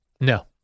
No